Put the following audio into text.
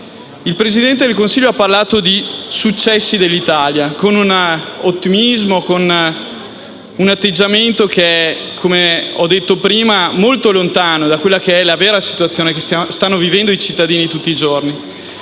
Il Presidente del Consiglio ha parlato di successi dell'Italia, con un ottimismo e un atteggiamento che - come ho detto prima - è molto lontano da quella che è la vera situazione che stanno vivendo i cittadini tutti i giorni.